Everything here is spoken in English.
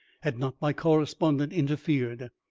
had not my correspondent interfered.